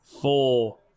Four